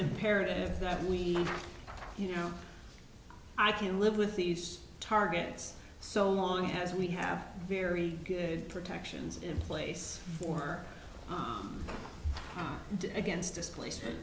imperative that we you know i can live with these targets so long as we have very good protections in place or against us